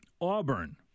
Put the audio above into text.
Auburn